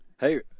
Hey